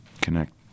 connect